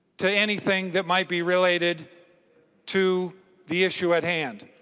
to anything that might be related to the issue at hand.